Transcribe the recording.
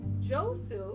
Joseph